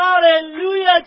hallelujah